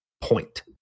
point